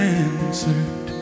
answered